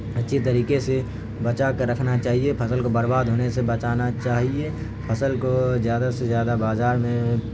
اچھی طریقے سے بچا کر رکھنا چاہیے فصل کو برباد ہونے سے بچانا چاہیے فصل کو جادہ سے زیادہ بازار میں